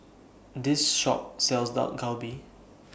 This Shop sells Dak Galbi